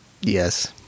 yes